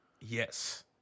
Yes